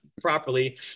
properly